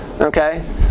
Okay